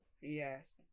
Yes